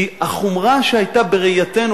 כי החומרה שהיתה בראייתנו,